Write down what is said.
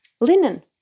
linen